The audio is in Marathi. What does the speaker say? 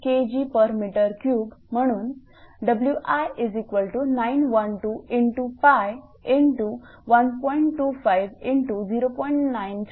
93 cm Wc912 Kgm3म्हणून Wi912×pi×1